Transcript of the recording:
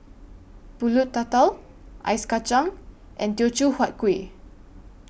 Pulut Tatal Ice Kachang and Teochew Huat Kuih